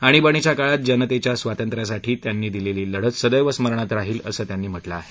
आणीबाणीच्या काळात जनतेच्या स्वातंत्र्यासाठी त्यांनी दिलेली लढत सदैव स्मरणात राहील असं त्यांनी म्हटलं आहे